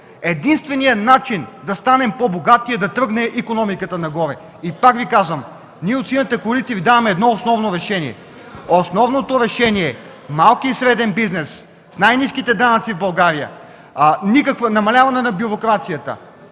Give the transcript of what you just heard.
Единственият начин да станем по-богати е да тръгне икономиката нагоре. И пак Ви казвам: ние от Синята коалиция Ви даваме едно основно решение. Основното решение е малкият и среден бизнес да е с най-ниските данъци в България, намаляване на бюрокрацията,